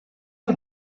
you